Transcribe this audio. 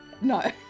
No